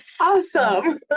Awesome